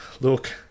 Look